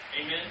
Amen